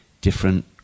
different